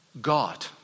God